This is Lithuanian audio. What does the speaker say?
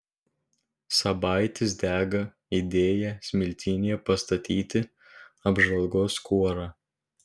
sabaitis dega idėja smiltynėje pastatyti apžvalgos kuorą